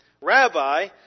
Rabbi